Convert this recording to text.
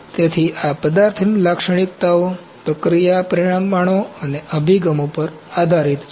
તેથી આ પદાર્થની લાક્ષણિકતાઓ પ્રક્રિયા પરિમાણો અને અભિગમો પર આધારિત છે